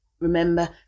remember